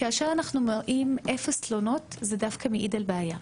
כשאנחנו מראים אפס תלונות זה דווקא מעיד על בעיה.